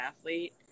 athlete